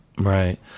Right